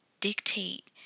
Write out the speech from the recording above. dictate